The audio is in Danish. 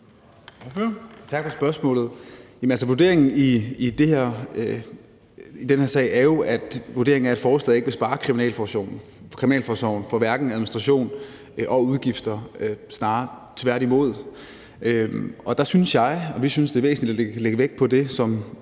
Tak for spørgsmålet. Vurderingen i den her sag er, at forslaget ikke vil spare kriminalforsorgen, hverken for administration eller udgifter, snarere tværtimod. Og der synes vi, det er væsentligt at lægge vægt på de